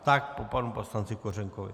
Po panu poslanci Kořenkovi.